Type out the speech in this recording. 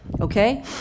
okay